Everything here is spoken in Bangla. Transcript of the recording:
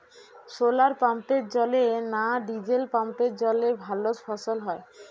শোলার পাম্পের জলে না ডিজেল পাম্পের জলে ভালো ফসল হয়?